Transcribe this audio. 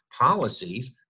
policies